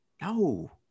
no